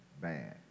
bad